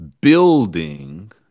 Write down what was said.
building